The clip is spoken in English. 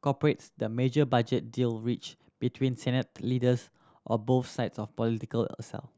corporate's the major budget deal reach between Senate leaders or both sides of political aisle